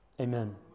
Amen